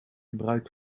gebruik